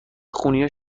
خونی